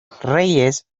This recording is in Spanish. reyes